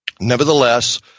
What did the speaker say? Nevertheless